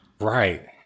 Right